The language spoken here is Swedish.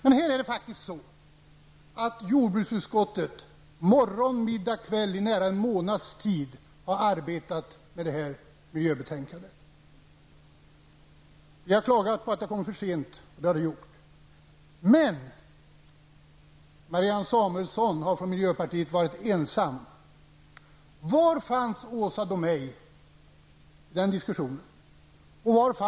I nära en månads tid har jordbruksutskottet morgon, middag och kväll arbetat med detta miljöbetänkande. Det har klagats på att det har kommit fram för sent och det har det gjort. Men Marianne Samuelsson från miljöpartiet har varit ensam. Var fanns Åsa Domeij i den diskussionen?